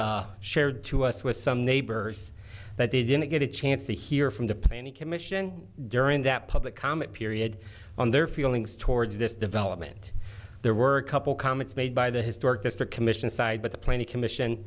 was shared to us with some neighbors that they didn't get a chance to hear from the planning commission during that public comment period on their feelings towards this development there were a couple comments made by the historic district commission side but the planning commission